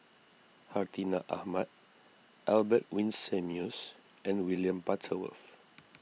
Hartinah Ahmad Albert Winsemius and William Butterworth